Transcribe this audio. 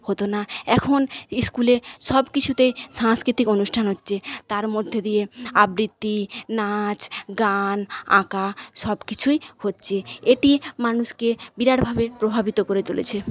হত না এখন স্কুলে সব কিছুতেই সাংস্কৃতিক অনুষ্ঠান হচ্ছে তার মধ্যে দিয়ে আবৃত্তি নাচ গান আঁকা সবকিছুই হচ্ছে এটি মানুষকে বিরাটভাবে প্রভাবিত করে তুলেছে